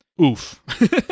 Oof